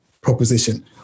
proposition